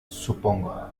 supongo